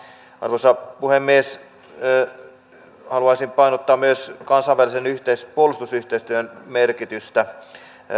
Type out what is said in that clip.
arvoisa puhemies haluaisin painottaa myös kansainvälisen puolustusyhteistyön merkitystä